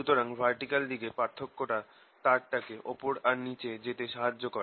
সুতরাং ভার্টিকাল দিকে পার্থক্যটা টা তারটাকে ওপর আর নিচে যেতে সাহায্য করে